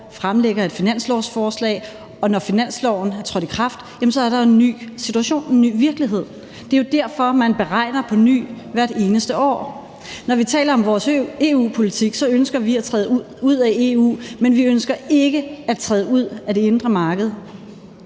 fremlægger et finanslovsforslag, og når finansloven er trådt i kraft, er der en ny situation, en ny virkelighed. Det er derfor, man beregner på ny hvert eneste år. Når vi taler om vores EU-politik, vil jeg sige, at vi ønsker at træde ud af EU, men vi ønsker ikke at træde ud af det indre marked.